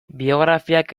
biografiak